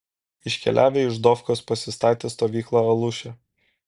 iškeliavę iš dofkos pasistatė stovyklą aluše